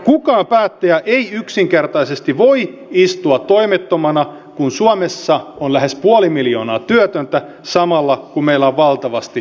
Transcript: kukaan päättäjä ei yksinkertaisesti voi istua toimettomana kun suomessa on lähes puoli miljoonaa työtöntä samalla kun meillä on valtavasti tekemätöntä työtä